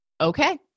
Okay